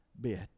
bit